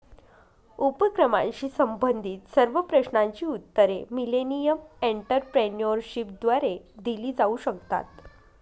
उपक्रमाशी संबंधित सर्व प्रश्नांची उत्तरे मिलेनियम एंटरप्रेन्योरशिपद्वारे दिली जाऊ शकतात